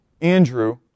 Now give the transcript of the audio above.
Andrew